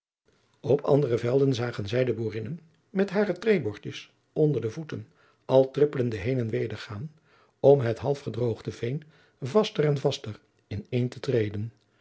op andere velden zagen zij de boerinnen met hare treebordjes onder de voeten al trippelende heen en weder gaan om het halfgedroogde veen vaster en vaster in één te treden